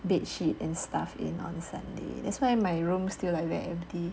bedsheet and stuff in on sunday that's why my room still like very empty